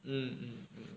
mm mm mm